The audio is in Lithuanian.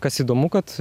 kas įdomu kad